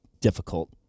difficult